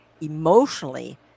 emotionally